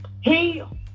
heal